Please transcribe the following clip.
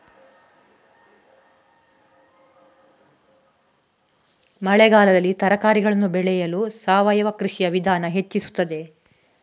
ಮಳೆಗಾಲದಲ್ಲಿ ತರಕಾರಿಗಳನ್ನು ಬೆಳೆಯಲು ಸಾವಯವ ಕೃಷಿಯ ವಿಧಾನ ಹೆಚ್ಚಿಸುತ್ತದೆ?